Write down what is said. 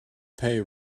pay